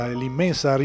l'immensa